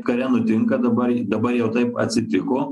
kare nutinka dabar dabar jau taip atsitiko